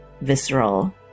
visceral